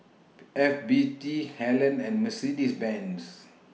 F B T Helen and Mercedes Benz